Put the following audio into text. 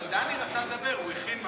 אבל דני רצה לדבר, הוא הכין משהו.